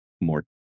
more